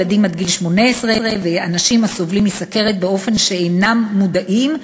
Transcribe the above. ילדים עד גיל 18 ואנשים הסובלים מסוכרת באופן שאינם מודעים,